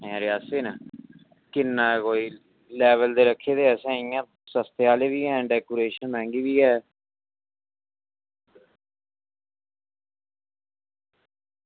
अच्छा रियासी न किन्ना कोई लेवल ते रक्खे दे असें इंया सस्ते आह्ली बी ऐ डेकोरेशन मैहंगी बी ऐ